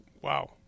wow